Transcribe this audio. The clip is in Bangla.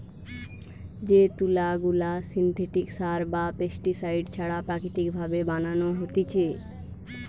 যে তুলা গুলা সিনথেটিক সার বা পেস্টিসাইড ছাড়া প্রাকৃতিক ভাবে বানানো হতিছে